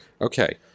okay